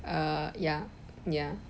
err ya ya